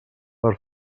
per